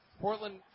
Portland